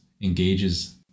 engages